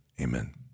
Amen